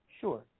sure